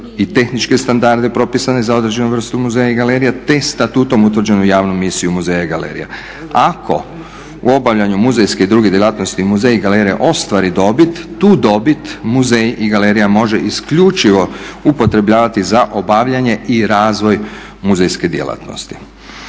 i tehničke standarde propisane za određenu vrstu muzeja i galerija te statutom utvrđenu misiju muzeja i galerija. Ako u obavljanju muzejske i druge djelatnosti muzej i galerija ostvari dobit tu dobit muzej i galerija može isključivo upotrebljavati za obavljanje i razvoj muzejske djelatnosti.